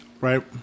Right